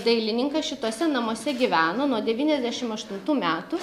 dailininkas šituose namuose gyveno nuo devyniasdešim aštuntų metų